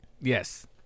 yes